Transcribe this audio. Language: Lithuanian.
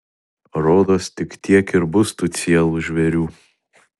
rodos tik tiek ir bus tų cielų žvėrių